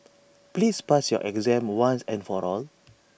please pass your exam once and for all